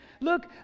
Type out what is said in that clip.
Look